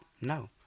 No